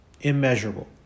immeasurable